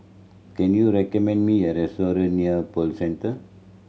can you recommend me a restaurant near Pearl Centre